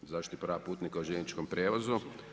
Zaštiti prava putnika u željezničkom prijevozu.